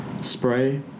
spray